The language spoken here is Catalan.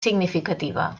significativa